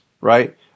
right